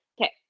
Okay